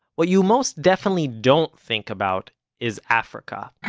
what you most definitely don't think about is africa,